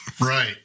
right